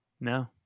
No